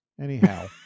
Anyhow